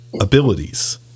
abilities